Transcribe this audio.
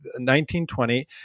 1920